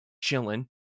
chilling